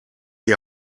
die